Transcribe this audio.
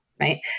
right